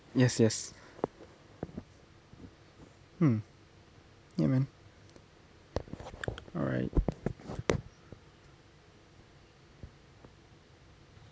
yes yes mm ya man alright